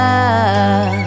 love